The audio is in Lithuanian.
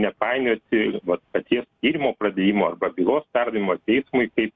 nepainioti vat paties tyrimo pradėjimo arba bylos perdavimo teismui kaip